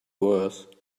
worse